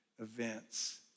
events